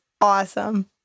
awesome